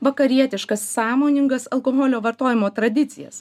vakarietiškas sąmoningas alkoholio vartojimo tradicijas